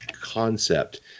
concept